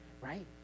Right